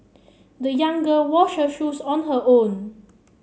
the young girl washed her shoes on her own